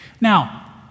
now